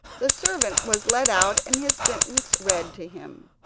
the servant was led out and his sentence read to him.